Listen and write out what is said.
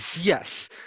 yes